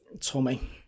Tommy